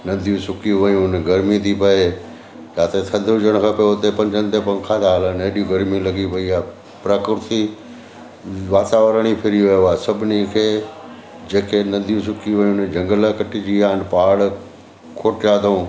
नदियूं सुकी वयूं आहिनि गरमी थी पए जिते थधि हुजणु खपे उते पंजनि ते पंखा था हलनि हेॾी गरमी लॻी पई आहे प्रकृति वातावरण ही फिरी वियो आहे सभिनी खे जेके नदियूं सुकी वयूं आहिनि झंगल कटिजी विया आहिनि पहाड़ खोटिया अथऊं